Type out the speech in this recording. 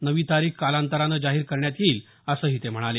नवी तारीख कालांतरानं जाहीर करण्यात येईल असंही ते म्हणाले